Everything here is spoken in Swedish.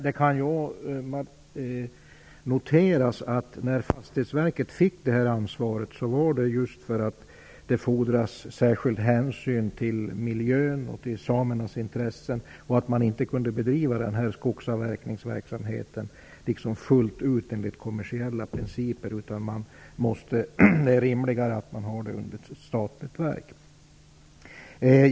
Det kan ändå noteras att Statens fastighetsverk fick det här ansvaret därför att det fordrades att särskild hänsyn togs till miljön och samernas intressen. Eftersom den här skogsavverkningen inte kunde bedrivas fullt ut enligt kommersiella principer ansågs det rimligare att den låg under ett statligt verk.